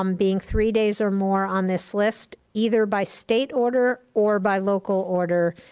um being three days or more on this list, either by state order or by local order,